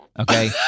okay